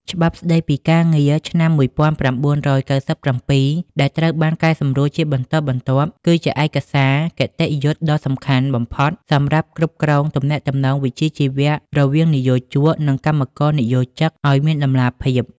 ច្បាប់ស្តីពីការងារឆ្នាំ ១៩៩៧ ដែលត្រូវបានកែសម្រួលជាបន្តបន្ទាប់ គឺជាឯកសារគតិយុត្តិដ៏សំខាន់បំផុតសម្រាប់គ្រប់គ្រងទំនាក់ទំនងវិជ្ជាជីវៈរវាងនិយោជក និងកម្មករនិយោជិតឱ្យមានតម្លាភាព។